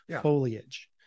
foliage